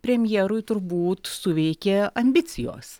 premjerui turbūt suveikė ambicijos